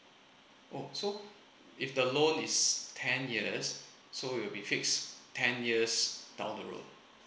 oh so if the loan is ten years so will be fixed ten years down the road